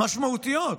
משמעותיות,